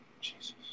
Jesus